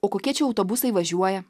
o kokie čia autobusai važiuoja